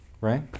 Right